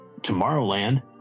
tomorrowland